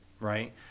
right